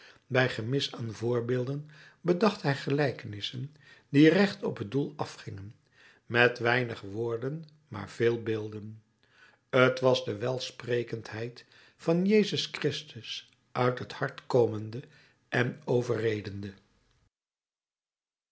bij gemis aan voorbeelden bedacht hij gelijkenissen die recht op het doel afgingen met weinig woorden maar veel beelden t was de welsprekendheid van jezus christus uit het hart komende en overredende